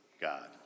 God